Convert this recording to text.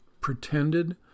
pretended